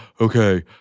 okay